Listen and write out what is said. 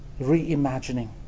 reimagining